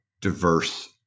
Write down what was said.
diverse